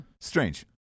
strange